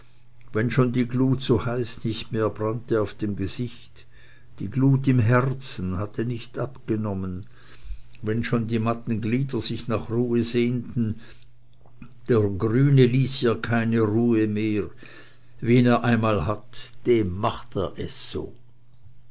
wenn schon die glut so heiß nicht mehr brannte auf dem gesicht die glut im herzen hatte nicht abgenommen wenn schon die matten glieder nach ruhe sich sehnten der grüne ließ ihr keine ruhe mehr wen er einmal hat dem macht er es so